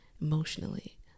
emotionally